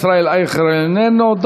ישראל אייכלר, איננו.